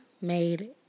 made